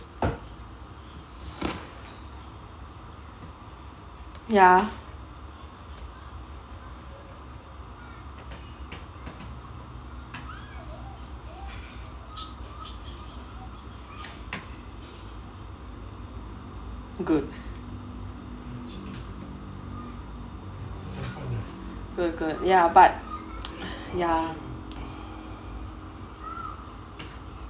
ya good good good ya but ya